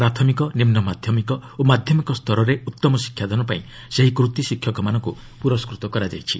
ପ୍ରାଥମିକ ନିମ୍ନ ମାଧ୍ୟମିକ ଓ ମାଧ୍ୟମିକ ସ୍ତରରେ ଉତ୍ତମ ଶିକ୍ଷାଦାନପାଇଁ ଏହି ସେହି କୂତୀ ଶିକ୍ଷକମାନଙ୍କୁ ପୁରସ୍ଚ୍ଚତ କରାଯାଇଛି